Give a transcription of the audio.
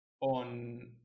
on